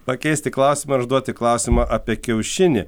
pakeisti klausimą ir užduoti klausimą apie kiaušinį